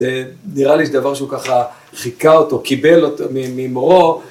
זה נראה לי שדבר שהוא ככה חיקה אותו, קיבל אותו ממורו.